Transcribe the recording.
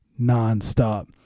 nonstop